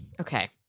okay